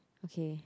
okay